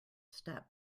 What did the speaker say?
step